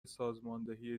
سازماندهی